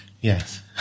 Yes